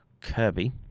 kirby